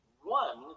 one